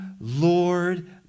Lord